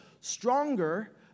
stronger